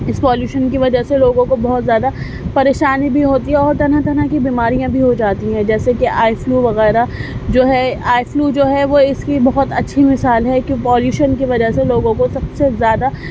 اس pollution کی وجہ سے لوگوں کو بہت زیادہ پریشانی بھی ہوتی ہے اور طرح طرح کی بیماریاں بھی ہو جاتی ہیں جیسے کہ آئی فلو وغیرہ جو ہے آئی فلو جو ہے وہ اس کی بہت اچھی مثال ہے کہ وہ پالیوشن کی وجہ سے لوگوں کو سب سے زیادہ